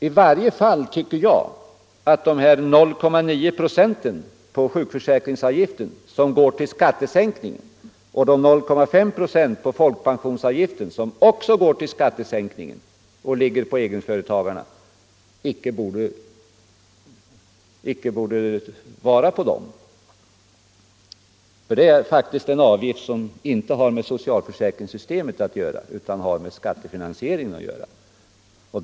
I varje fall tycker jag att de 0,9 procent på sjukförsäkringsavgiften som går till skattesänkning och de 0,5 procent på folkpensionsavgiften, som också går till skattesänkning, icke borde betalas av egenföretagarna. Det är faktiskt en avgift som inte har med socialförsäkringssystemet utan med skattefinansieringen att göra.